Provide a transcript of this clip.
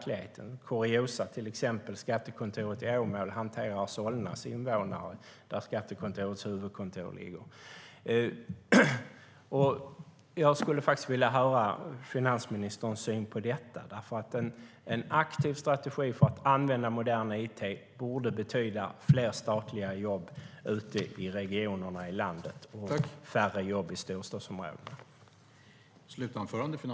Lite kuriosa: till exempel hanterar skattekontoret i Åmål invånarna i Solna, där Skattekontorets huvudkontor ligger. Jag skulle vilja höra finansministerns syn på detta, för en aktiv strategi för att använda modern it borde betyda fler statliga jobb ute i regionerna i landet och färre jobb i storstadsområdena.